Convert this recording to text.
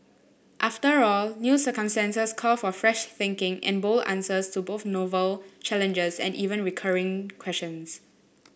after all new circumstances call for fresh thinking and bold answers to both novel challenges and even recurring questions